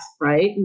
right